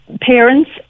parents